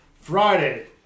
Friday